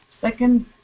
second